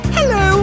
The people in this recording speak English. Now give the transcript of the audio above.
Hello